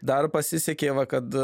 dar pasisekė va kad